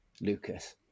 Lucas